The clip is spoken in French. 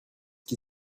qui